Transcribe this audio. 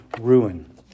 ruin